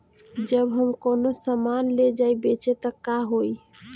जब हम कौनो सामान ले जाई बेचे त का होही?